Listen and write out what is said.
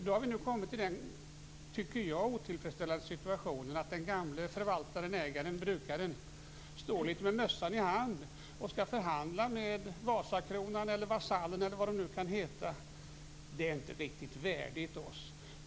Nu har vi kommit till den enligt min mening otillfredsställande situationen att den gamle förvaltaren brukaren står litet med mössan i hand och skall förhandla med Vasakronan, Vasallen, eller vad det nu kan heta. Det är inte riktigt värdigt oss.